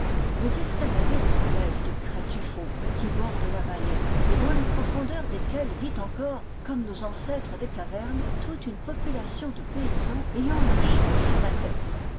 mais escaladez les falaises de craie tuffeau qui bordent la vallée et dans les profondeurs desquelles vit encore comme nos ancêtres des cavernes toute une population de paysans ayant leurs champs sur la tête